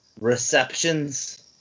receptions